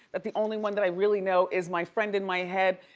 that the only one that i really know is my friend in my head,